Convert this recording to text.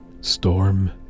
Storm